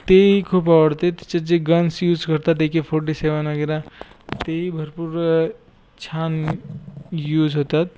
तेही खूप आवडते त्याच्यात जे गन्स यूज करतात ए के फॉर्टी सेवन वगैरे तेही भरपूर छान यूज होतात